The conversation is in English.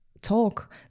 talk